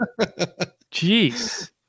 Jeez